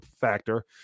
factor